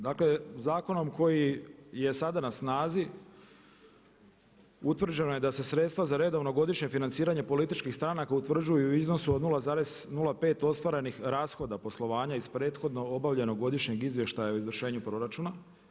Dakle zakonom koji je sada na snazi utvrđeno je da se sredstva za redovno godišnje financiranje političkih stranaka utvrđuju u iznosu od 0,05 ostvarenih rashoda poslovanja iz prethodno obavljenog godišnjeg izvještaja o izvršenju proračuna.